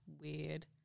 weird